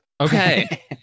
okay